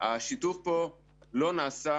שהשיתוף כאן לא נעשה.